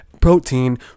protein